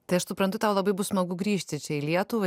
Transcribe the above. tai aš suprantu tau labai bus smagu grįžti čia į lietuvą